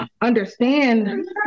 understand